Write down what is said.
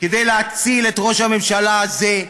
כדי להציל את ראש הממשלה הזה.